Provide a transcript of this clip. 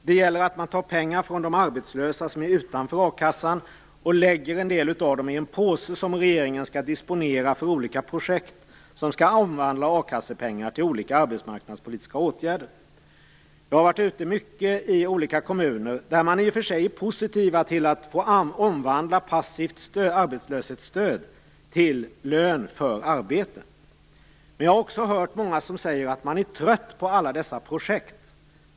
Den gäller att regeringen tar pengar från de arbetslösa som är utanför a-kassan och lägger en del av dem i en påse som skall disponeras för olika projekt som skall omvandla a-kassepengar till olika arbetsmarknadspolitiska åtgärder. Jag har varit mycket ute i olika kommuner där man i och för sig är positiv till att få omvandla passivt arbetslöshetsstöd till lön för arbete. Men jag har också hört många som säger att de är trötta på alla dessa projekt.